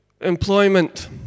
employment